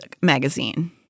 Magazine